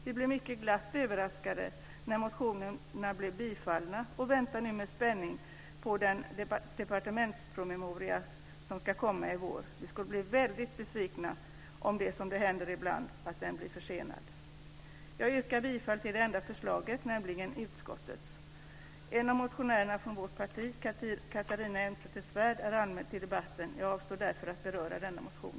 Vi blev mycket glatt överraskade när motionerna blev bifallna och väntar nu med spänning på den departementspromemoria som ska komma i vår. Vi skulle bli väldigt besvikna om den, vilket händer ibland, blir försenad. Jag yrkar bifall till det enda förslaget, nämligen utskottets. En av motionärerna från vårt parti, Catharina Elmsäter-Svärd, är anmäld till debatten, och jag avstår därför från att beröra denna motion.